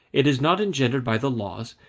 it is not engendered by the laws,